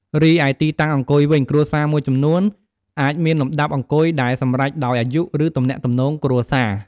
រីឯ ទីតាំងអង្គុយវិញ គ្រួសារមួយចំនួន អាចមានលំដាប់អង្គុយដែលសម្រេចដោយអាយុ ឬទំនាក់ទំនងគ្រួសារ។